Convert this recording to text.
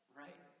right